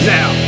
Now